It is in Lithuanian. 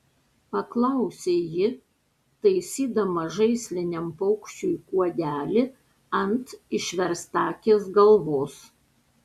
paklausė ji taisydama žaisliniam paukščiui kuodelį ant išverstakės galvos